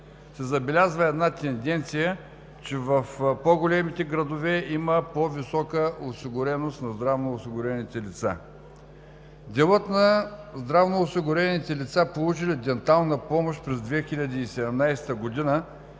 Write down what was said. се забелязва една тенденция, че в по-големите градове има по-висока осигуреност на здравноосигурените лица. Делът на здравноосигурените лица, получили дентална помощ през 2017 г.,